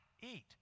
eat